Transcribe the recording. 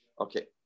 Okay